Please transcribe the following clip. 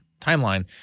timeline